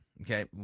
okay